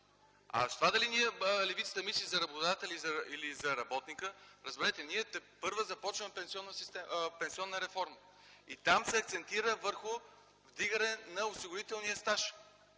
С това дали левицата мисли за работодателя или за работника, разберете, ние тепърва започваме пенсионна реформа и там се акцентира върху вдигане на осигурителния стаж